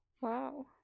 Wow